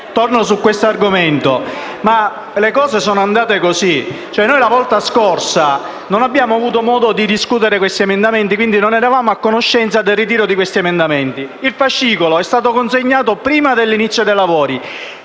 su questo argomento. Le cose sono andate come segue: la volta scorsa non abbiamo avuto modo di discutere questi emendamenti e, quindi, non eravamo a conoscenza dei vari ritiri. Il fascicolo è stato consegnato prima dell'inizio dei lavori,